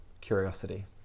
curiosity